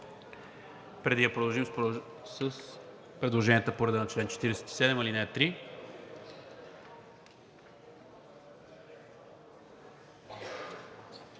преди да продължим с предложенията по реда на чл. 47, ал. 3.